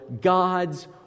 God's